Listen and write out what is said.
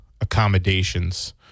accommodations